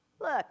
Look